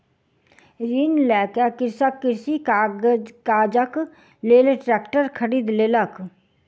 ऋण लय के कृषक कृषि काजक लेल ट्रेक्टर खरीद लेलक